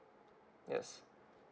yes